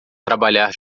trabalhar